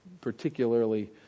particularly